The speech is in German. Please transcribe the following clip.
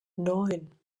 neun